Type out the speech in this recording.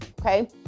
Okay